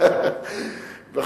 אני אעלה להשיב.